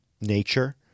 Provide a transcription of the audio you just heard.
nature